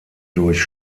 durch